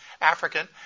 African